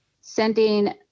sending